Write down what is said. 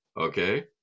okay